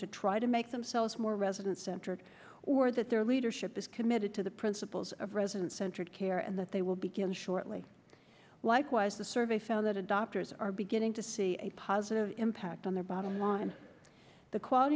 to try to make themselves more resident centered or that their leadership is committed to the principles of resident centered care and that they will begin shortly likewise the survey found that adopters are beginning to see a positive impact on their bottom line